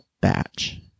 batch